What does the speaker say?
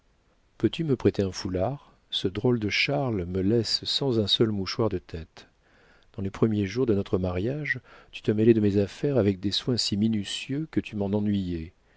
peux-tu me prêter un foulard ce drôle de charles me laisse sans un seul mouchoir de tête dans les premiers jours de notre mariage tu te mêlais de mes affaires avec des soins si minutieux que tu m'en ennuyais